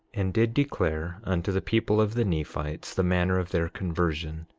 and did declare unto the people of the nephites the manner of their conversion,